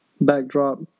backdrop